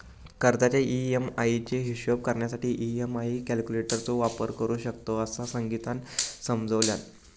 कर्जाच्या ई.एम्.आई चो हिशोब करण्यासाठी ई.एम्.आई कॅल्क्युलेटर चो वापर करू शकतव, असा संगीतानं समजावल्यान